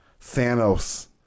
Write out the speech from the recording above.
Thanos